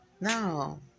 No